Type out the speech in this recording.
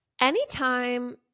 Anytime